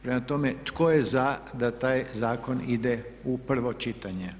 Prema tome tko je za da taj Zakon ide u prvo čitanje?